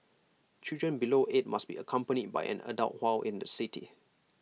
children below eight must be accompanied by an adult while in the city